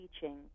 teaching